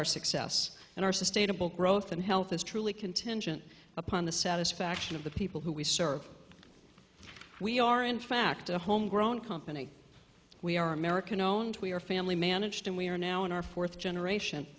our success and our sustainable growth in health is truly contingent upon the satisfaction of the people who we serve we are in fact a home grown company we are american owned we are family managed and we are now in our fourth generation